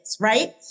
Right